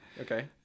Okay